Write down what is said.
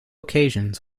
occasions